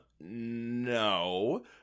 No